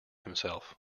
himself